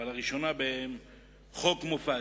הראשונה שבהן היא חוק מופז.